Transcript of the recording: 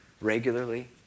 regularly